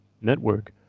network